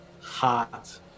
hot